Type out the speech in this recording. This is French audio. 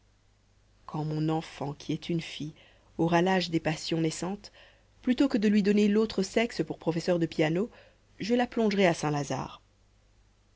quand mon enfant qui est une fille aura l'âge des passions naissantes plutôt que de lui donner l'autre sexe pour professeur de piano je la plongerai à saint-lazare